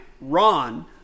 Ron